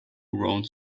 around